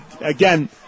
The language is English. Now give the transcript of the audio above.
Again